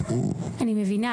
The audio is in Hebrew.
(בתרגום משפת הסימנים) אני מבינה,